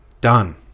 Done